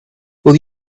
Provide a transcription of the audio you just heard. will